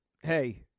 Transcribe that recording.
hey –